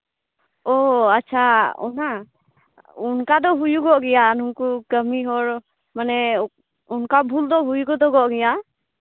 ᱚ ᱟᱪᱪᱷᱟ ᱚᱱᱟ ᱚᱱᱠᱟᱫᱚ ᱦᱩᱭᱩᱜᱚᱜ ᱜᱮᱭᱟ ᱱᱩᱠᱩ ᱠᱟᱹᱢᱤ ᱦᱚᱲ ᱢᱟᱱᱮ ᱚᱱᱠᱟ ᱵᱷᱩᱞᱫᱚ ᱦᱩᱭ ᱜᱚᱫᱚᱜᱚᱜ ᱜᱮᱭᱟ